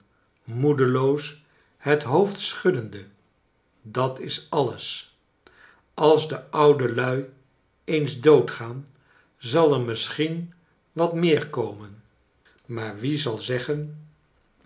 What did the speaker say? moedeloos het hoofd schuddende dat is alles als de oude lui eens dood gaan zal er misschien wat meer komen maar wie zal zeggen